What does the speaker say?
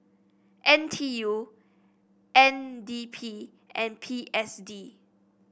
N T U N D P and P S D